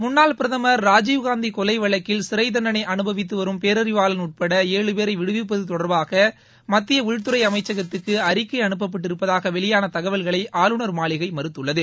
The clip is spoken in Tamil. முன்னாள் பிரதமர் ராஜீவ்காந்தி கொலை வழக்கில் சிறை தண்டனை அனுபவித்து வரும் பேரறிவாளன் உட்பட ஏழு பேரை விடுவிப்பது தொடர்பாக மத்திய உள்துறை அமைச்சகத்துக்கு அறிக்கை அனுப்பப்பட்டிருப்பதாக வெளியான தகவல்களை ஆளுநர் மாளிகை மறுத்துள்ளது